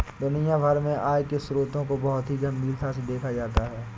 दुनिया भर में आय के स्रोतों को बहुत ही गम्भीरता से देखा जाता है